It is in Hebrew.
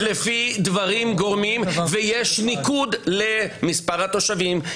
ויש ניקוד למספר התושבים,